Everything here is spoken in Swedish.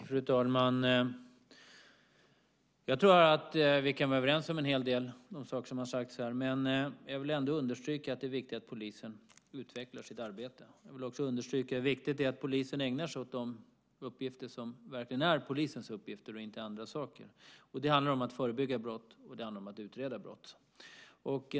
Fru talman! Jag tror att vi kan vara överens om en hel del av de saker som har sagts här. Jag vill dock understryka att det är viktigt att polisen utvecklar sitt arbete. Jag vill också understryka hur viktigt det är att polisen ägnar sig åt de uppgifter som verkligen är polisens uppgifter och inte andra saker. Det handlar om att förebygga brott, och det handlar om att utreda brott.